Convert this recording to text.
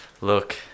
Look